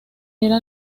era